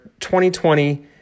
2020